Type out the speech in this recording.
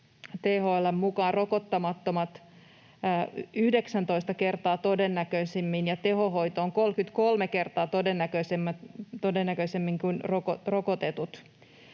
mukaan rokottamattomat 19 kertaa todennäköisemmin ja tehohoitoon 33 kertaa todennäköisemmin kuin rokotetut,